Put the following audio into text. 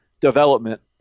development